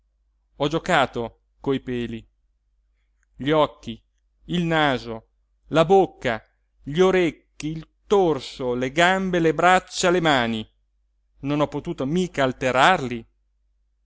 ho giocato coi peli gli occhi il naso la bocca gli orecchi il torso le gambe le braccia le mani non ho potuto mica alterarli